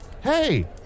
Hey